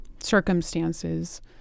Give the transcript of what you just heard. circumstances